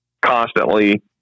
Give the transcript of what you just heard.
constantly